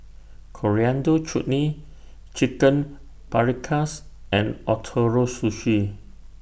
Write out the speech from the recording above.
Coriander Chutney Chicken Paprikas and Ootoro Sushi